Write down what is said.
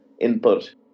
input